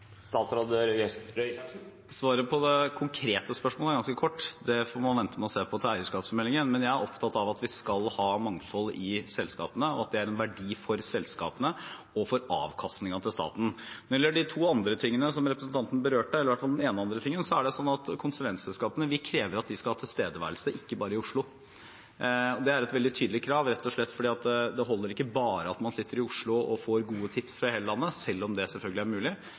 Svaret på det konkrete spørsmålet er ganske kort: Det får man vente med å se på til eierskapsmeldingen. Men jeg er opptatt av at vi skal ha mangfold i selskapene, og at det er en verdi for selskapene og for avkastningen til staten. Når det gjelder de to andre tingene representanten berørte, eller i hvert fall den ene andre tingen, er det slik at vi krever at konsulentselskapene skal ha tilstedeværelse ikke bare i Oslo. Det er et veldig tydelig krav, rett og slett fordi det ikke holder at man bare sitter i Oslo og får gode tips fra hele landet – selv om det selvfølgelig er mulig;